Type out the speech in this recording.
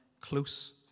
close